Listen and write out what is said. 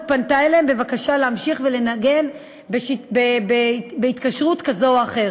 פנתה אליהם בבקשה להמשיך ולנגן בהתקשרות כזו או אחרת.